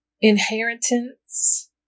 inheritance